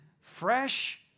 fresh